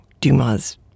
Dumas